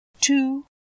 two